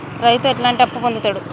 రైతు ఎట్లాంటి అప్పు పొందుతడు?